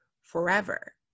forever